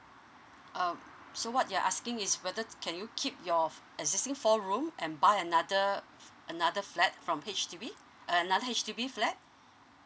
oh so what you're asking is better to can you keep your of assisting for room and by another uh another flat from page to be another dish to be flat